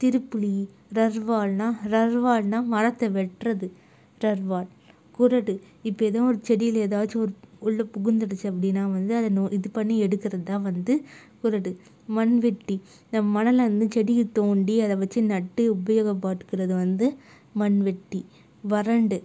திருப்புளி ரர்வாள் ரர்வாள்னால் மரத்தை வெட்டுவது ரர்வாள் கொறடு இப்போ எதுவும் செடியில் ஏதாச்சும் ஒரு உள்ளே புகுந்துடிச்சு அப்படினா வந்து அது இது பண்ணி எடுக்கிறதுதான் வந்து கொறடு மண்வெட்டி இந்த மணல் செடியை தோண்டி அதை வச்சு நட்டு உபயோகப்படுத்துவது வந்து மண் வெட்டி வரண்டு